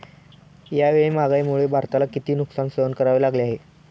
यावेळी महागाईमुळे भारताला किती नुकसान सहन करावे लागले आहे?